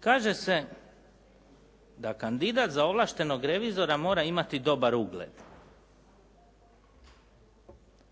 Kaže se da kandidat za ovlaštenog revizora mora imati dobar ugled.